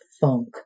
funk